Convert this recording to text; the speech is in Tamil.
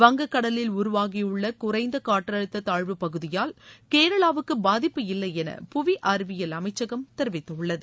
வங்க கடலில் உருவாகியுள்ள குறைந்த காற்றழுத்த தாழ்வுப் பகுதியால் கேரளாவுக்கு பாதிப்பு இல்லை என புவி அறிவியல் அமைச்சகம் தெரிவித்துள்ளது